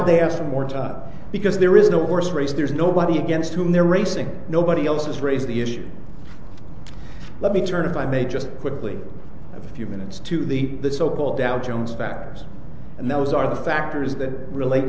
they ask for more time because there is no horse race there's nobody against whom they're racing nobody else has raised the issue let me turn if i may just quickly a few minutes to the so called dow jones factors and those are the factors that relate